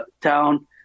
town